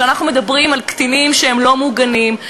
כשאנחנו מדברים על קטינים שהם לא מוגנים,